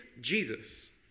Jesus